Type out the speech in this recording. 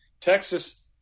Texas